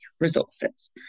resources